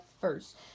first